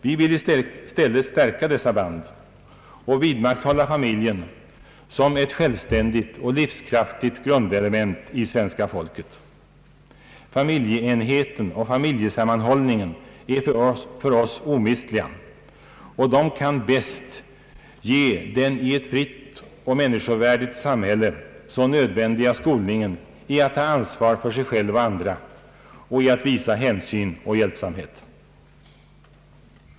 Vi vill i stället stärka dessa band och vidmakthålla familjen som ett självständigt och livskraftigt grundelement i svenska folket. Familjeenheten och familjesammanhållningen är för oss omistliga, och de kan bäst ge den i ett fritt och människovärdigt samhälle så nödvändiga skolningen i att ta ansvar för sig själv och andra och i att visa hänsyn och hjälpsamhet.